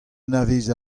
anavez